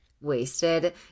wasted